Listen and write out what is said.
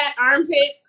armpits